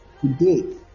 today